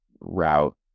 route